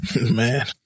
Man